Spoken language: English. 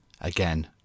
again